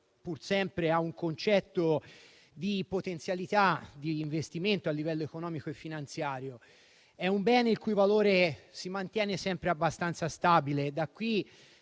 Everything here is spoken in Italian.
pur sempre associato a un concetto di potenzialità di investimento a livello economico e finanziario; è un bene il cui valore si mantiene sempre abbastanza stabile